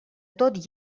tot